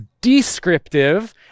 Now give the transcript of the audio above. descriptive